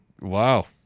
wow